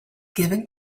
given